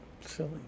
silly